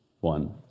One